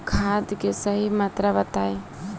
खाद के सही मात्रा बताई?